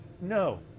No